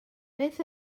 beth